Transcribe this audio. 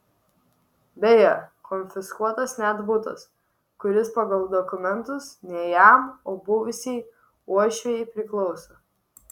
beje konfiskuotas net butas kuris pagal dokumentus ne jam o buvusiai uošvei priklauso